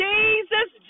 Jesus